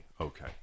Okay